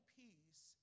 peace